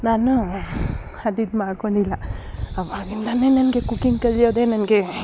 ನಾನು ಅದು ಇದು ಮಾಡಿಕೊಂಡಿಲ್ಲ ಆವಾಗಿಂದನೇ ನನಗೆ ಕುಕಿಂಗ್ ಕಲಿಯೋದೇ ನನಗೆ